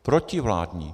Protivládní.